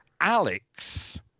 Alex